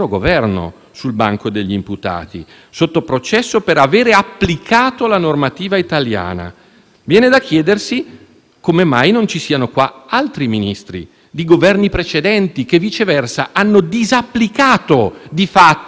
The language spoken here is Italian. Viene da chiedersi come mai non siano qua altri Ministri di Governi precedenti che, viceversa, hanno di fatto disapplicato il testo unico sull'immigrazione e consentito quella deportazione di massa che forse